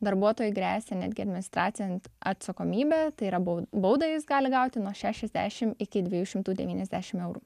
darbuotojui gresia netgi administracin atsakomybė tai yra bau baudai jis gali gauti nuo šešiasdešimt iki dviejų šimtų devyniasdešimt eurų